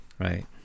Right